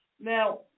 Now